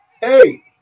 hey